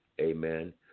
Amen